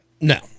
No